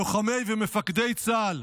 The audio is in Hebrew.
לוחמי ומפקדי צה"ל,